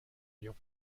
lyon